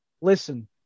listen